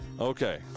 Okay